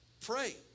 Pray